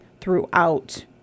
throughout